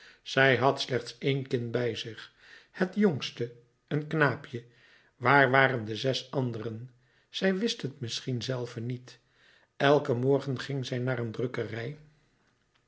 zij had slechts één kind bij zich het jongste een knaapje waar waren de zes anderen zij wist het misschien zelve niet elken morgen ging zij naar een drukkerij